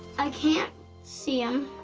i can't see him,